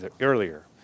earlier